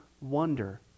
wonder